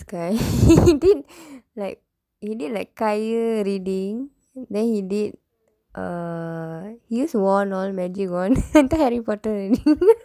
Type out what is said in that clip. guy he did he did like கயிறு:kayiru reading then did err use wand all magic wand then I thought harry potter magic wand